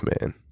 man